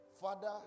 Father